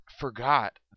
forgot